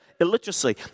illiteracy